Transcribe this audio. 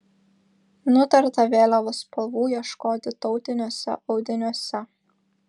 nutarta vėliavos spalvų ieškoti tautiniuose audiniuose